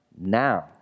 now